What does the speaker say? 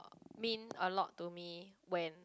mean a lot to me when